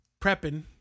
prepping